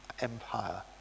Empire